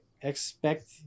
expect